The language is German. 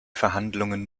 verhandlungen